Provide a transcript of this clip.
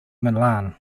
milan